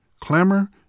clamor